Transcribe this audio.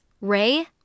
Ray